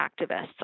activists